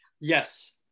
Yes